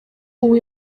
ubu